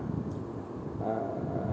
uh